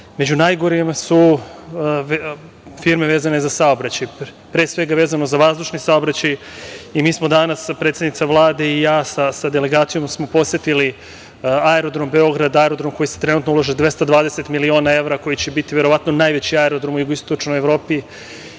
najgorima su firme vezane za saobraćaj, pre svega vezane za vazdušni saobraćaj. Mi smo danas, predsednica Vlade i ja, sa delegacijom posetili aerodrom „Beograd“, aerodrom u koji se trenutno ulaže 220 miliona evra koji će biti verovatno najveći aerodrom u jugoistočnoj Evropi